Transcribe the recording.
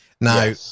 now